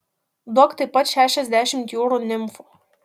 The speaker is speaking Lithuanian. duok taip pat šešiasdešimt jūrų nimfų